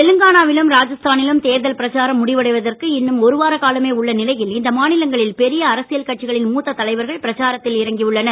தெலுங்கானாவிலும் ராஜஸ்தானிலும் தேர்தல் பிரச்சாரம் முடிவதற்கு இன்னும் ஒருவார காலமே உள்ள நிலையில் இந்த மாநிலங்களில் பெரிய அரசியல் கட்சிகளின் மூத்த தலைவர்கள் பிரச்சாரத்தில் இறங்கி உள்ளனர்